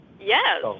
Yes